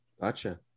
Gotcha